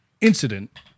incident